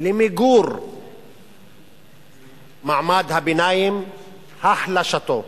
למיגור מעמד הביניים ולהחלשתו.